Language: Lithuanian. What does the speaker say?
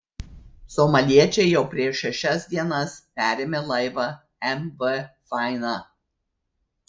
somaliečiai jau prieš šešias dienas perėmė laivą mv faina